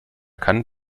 kann